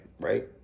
right